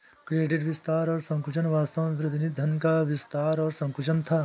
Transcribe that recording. credit विस्तार और संकुचन वास्तव में प्रतिनिधि धन का विस्तार और संकुचन था